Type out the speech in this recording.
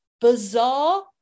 bizarre